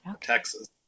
texas